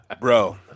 bro